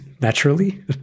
naturally